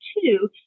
Two